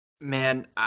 Man